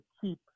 keep